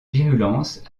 virulence